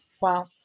Wow